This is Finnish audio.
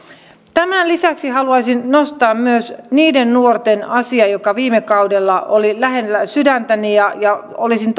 tämän lisäksi haluaisin nostaa myös niiden nuorten asian joka viime kaudella oli lähellä sydäntäni ja ja olisin